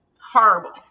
horrible